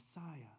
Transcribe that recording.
Messiah